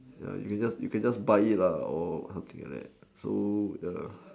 ya you can just you can just buy it lah or something like that so